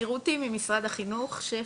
שמי רותי ממשרד החינוך שפ"י,